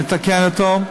נתקן אותו,